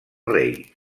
rei